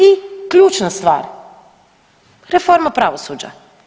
I ključna stvar, reforma pravosuđa.